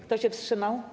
Kto się wstrzymał?